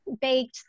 baked